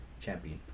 champion